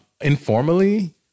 Informally